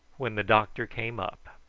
when the doctor came up. ah!